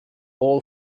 all